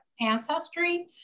ancestry